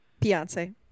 Beyonce